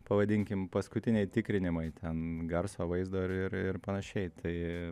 pavadinkim paskutiniai tikrinimai ten garso vaizdo ir ir ir panašiai tai